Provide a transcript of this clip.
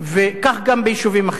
כך גם ביישובים אחרים.